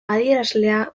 adierazlea